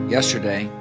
Yesterday